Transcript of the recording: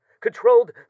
controlled